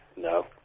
No